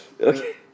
Okay